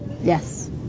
Yes